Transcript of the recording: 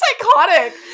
psychotic